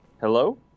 Hello